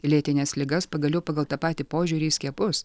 lėtines ligas pagaliau pagal tą patį požiūrį į skiepus